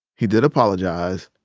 he did apologize.